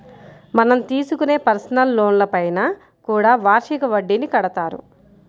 మనం తీసుకునే పర్సనల్ లోన్లపైన కూడా వార్షిక వడ్డీని కడతారు